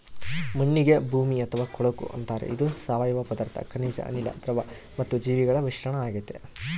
ಮಣ್ಣಿಗೆ ಭೂಮಿ ಅಥವಾ ಕೊಳಕು ಅಂತಾರೆ ಇದು ಸಾವಯವ ಪದಾರ್ಥ ಖನಿಜ ಅನಿಲ, ದ್ರವ ಮತ್ತು ಜೀವಿಗಳ ಮಿಶ್ರಣ ಆಗೆತೆ